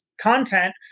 content